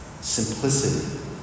Simplicity